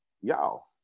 y'all